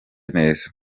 neza